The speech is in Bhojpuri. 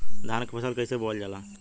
धान क फसल कईसे बोवल जाला?